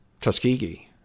Tuskegee